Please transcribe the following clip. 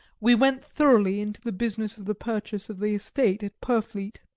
we went thoroughly into the business of the purchase of the estate at purfleet.